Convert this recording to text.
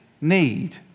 need